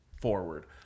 forward